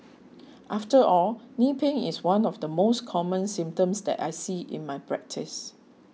after all knee pain is one of the most common symptoms that I see in my practice